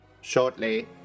Shortly